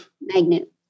magnet